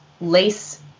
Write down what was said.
lace